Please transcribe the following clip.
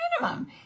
minimum